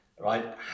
right